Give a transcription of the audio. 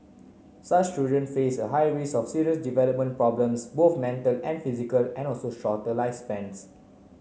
such children face a high rise of serious development problems both mental and physical and also shorter lifespans